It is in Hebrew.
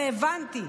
והבנתי,